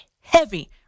heavy